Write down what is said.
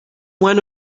one